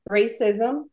racism